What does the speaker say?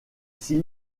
six